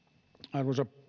arvoisa